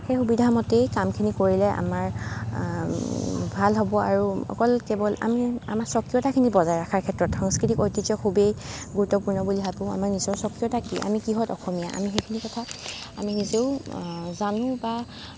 সেই সুবিধামতেই কামখিনি কৰিলে আমাৰ ভাল হ'ব আৰু অকল কেৱল আমি আমাৰ স্বকীয়তাখিনি বজাই ৰখাৰ ক্ষেত্ৰত সাংস্কৃতিক ঐতিহ্য খুবেই গুৰুত্বপূৰ্ণ বুলি ভাবোঁ আমাৰ নিজৰ স্বকীয়তা কি আমি কিহত অসমীয়া আমি সেইখিনি কথা আমি নিজেও জানো বা